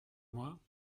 moi